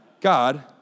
God